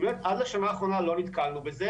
עד לשנה האחרונה לא נתקלנו בזה.